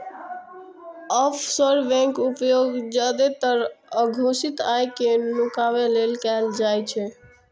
offshore बैंकक उपयोग जादेतर अघोषित आय कें नुकाबै लेल कैल जाइ छै